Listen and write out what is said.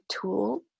tool